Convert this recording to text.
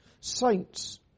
Saints